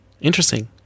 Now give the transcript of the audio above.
Interesting